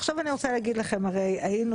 עכשיו אני רוצה להגיד לכם הרי היינו